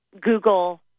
Google